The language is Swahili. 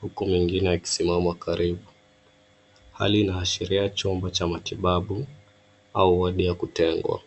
huku mwingine akisimama karibu. Hali inasifiria chumba cha matibabu au wodi ya kutengwa.